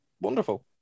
Wonderful